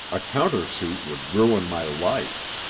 a counter-suit would ruin my life.